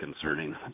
concerning